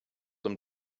them